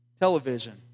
Television